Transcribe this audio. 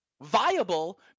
viable